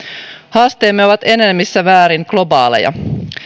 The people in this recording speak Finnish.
haasteemme ovat enenevässä määrin globaaleja